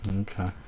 okay